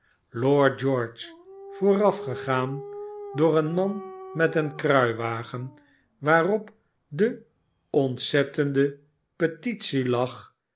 lord george voorafgegaan door een man met een kruiwagen waarop de ontzettende petitie lag